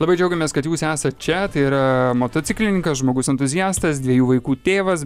labai džiaugiamės kad jūs esat čia tai yra motociklininkas žmogus entuziastas dviejų vaikų tėvas